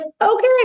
okay